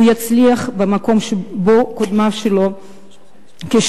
הוא יצליח במקום שקודמיו כשלו.